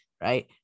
right